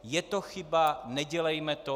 Je to chyba, nedělejme to.